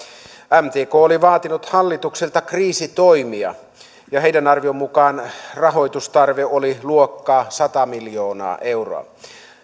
mtk oli vaatinut hallitukselta kriisitoimia ja heidän arvionsa mukaan rahoitustarve oli luokkaa sata miljoonaa euroa